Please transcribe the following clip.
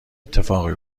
اتفاقی